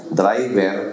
driver